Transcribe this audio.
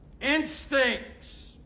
instincts